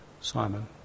Simon